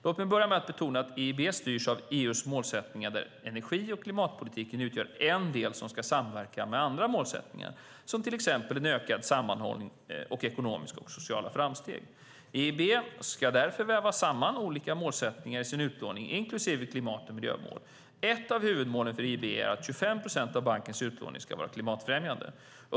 Låt mig börja med att betona att EIB styrs av EU:s målsättningar där energi och klimatpolitiken utgör en del som ska samverka med andra målsättningar som till exempel en ökad sammanhållning och ekonomiska och sociala framsteg. EIB ska därför väga samman olika målsättningar i sin utlåning, inklusive klimat och miljömål. Ett av huvudmålen för EIB är att 25 procent av bankens utlåning ska vara klimatfrämjande.